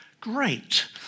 Great